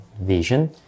vision